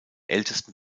ältesten